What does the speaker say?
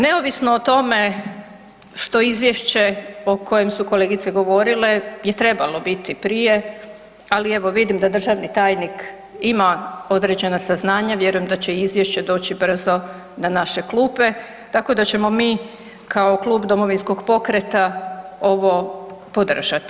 Neovisno o tome što izvješće o kojem su kolegice govorile je trebalo biti prije, ali evo vidim da državni tajnik ima određena saznanja, vjerujem da će izvješće doći brzo na naše klupe tako da ćemo mi kao klub Domovinskog pokreta ovo podržati.